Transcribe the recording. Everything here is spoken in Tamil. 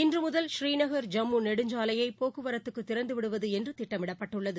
இன்று முதல் புரீநகர் ஜம்மு நெடுஞ்சாலையை போக்குவரத்துக்கு திறந்து விடுவது என்று திட்டமிடப்பட்டுள்ளது